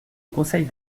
conseil